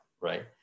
right